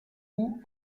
houx